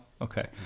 Okay